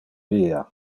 via